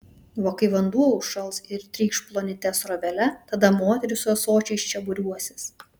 va kai vanduo užšals ir trykš plonyte srovele tada moterys su ąsočiais čia būriuosis